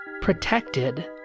protected